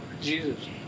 Jesus